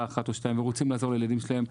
אחת או שתיים ורוצים לעזור לילדים שלהם.